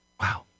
Wow